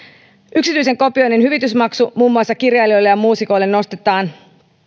yksityisen kopioinnin hyvitysmaksu muun muassa kirjailijoille ja muusikoille nostetaan